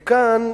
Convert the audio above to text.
וכאן,